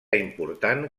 important